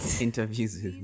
interviews